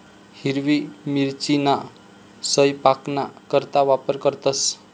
हिरवी मिरचीना सयपाकना करता वापर करतंस